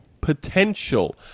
potential